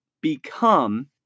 become